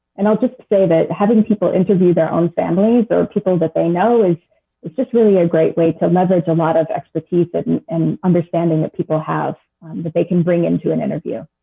and i will just say that having people interview their own families or people that they know is is just really a great way to leverage a lot of expertise and and understanding that people have that they can bring into an interview.